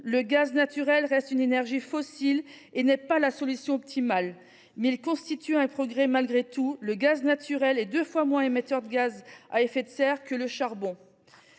le gaz naturel reste une énergie fossile et n’est pas la solution optimale ; il constitue malgré tout un progrès, étant deux fois moins émetteur de gaz à effet de serre que le charbon.